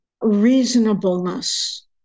reasonableness